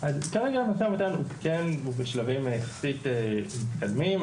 אז כרגע המשא ומתן נמצא בשלבים יחסית מתקדמים,